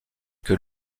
que